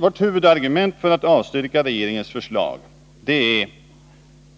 Vårt huvudargument för att regeringens förslag skall avslås är